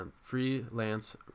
freelance